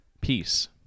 Peace